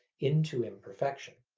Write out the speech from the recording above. into imperfection.